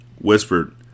whispered